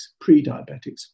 pre-diabetics